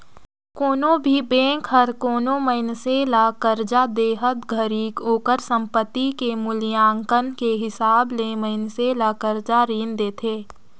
कोनो भी बेंक हर कोनो मइनसे ल करजा देहत घरी ओकर संपति के मूल्यांकन के हिसाब ले मइनसे ल करजा रीन देथे